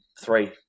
three